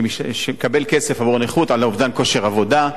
שמקבל כסף עבור הנכות, על אובדן כושר עבודה,